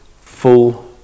full